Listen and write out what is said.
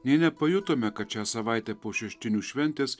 nė nepajutome kad šią savaitę po šeštinių šventės